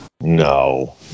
No